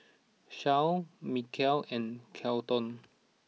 Charle Mykel and Kelton